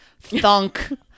thunk